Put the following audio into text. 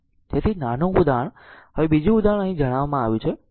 તેથી નાનું ઉદાહરણ હવે બીજું ઉદાહરણ અહી જણાવવામાં આવ્યું છે